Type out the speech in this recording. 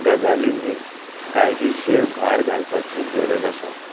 गजालींनी कायदेशीर भार घालपाची गरज आसा